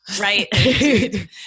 Right